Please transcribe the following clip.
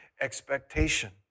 expectation